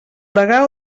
degà